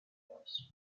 tours